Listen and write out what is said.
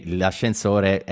l'ascensore